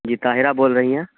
جی طاہرہ بول رہی ہیں